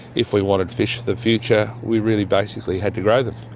if we wanted fish for the future we really basically had to grow them.